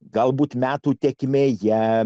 galbūt metų tėkmėje